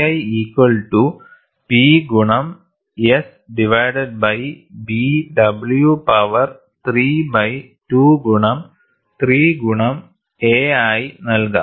KI equal to P ഗുണം S divided by B w power 3 by 2 ഗുണം 3 ഗുണം a ആയി നൽകാം